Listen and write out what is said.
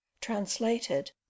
translated